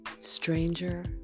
stranger